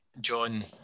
John